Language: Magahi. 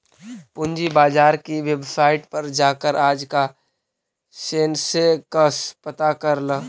पूंजी बाजार की वेबसाईट पर जाकर आज का सेंसेक्स पता कर ल